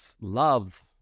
love